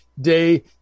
day